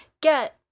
get